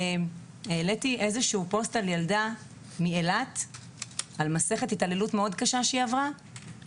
כשהעליתי איזשהו פוסט על מסכת התעללות מאוד קשה שעברה ילדה מאילת,